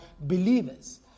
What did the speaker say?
believers